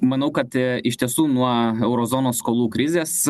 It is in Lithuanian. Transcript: manau kad e iš tiesų nuo euro zonos skolų krizės